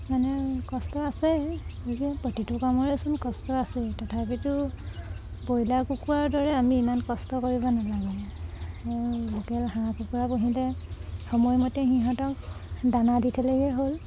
মানে কষ্ট আছে গতিকে প্ৰতিটো কামৰেচোন কষ্ট আছেই তথাপিতো ব্ৰইলাৰ কুকুৰাৰ দৰে আমি ইমান কষ্ট কৰিব নালাগে লোকেল হাঁহ কুকুৰা পুহিলে সময়মতে সিহঁতক দানা দি থলেগৈ হ'ল